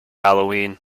halloween